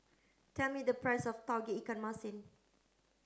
tell me the price of Tauge Ikan Masin